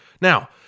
Now